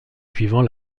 suivant